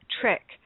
trick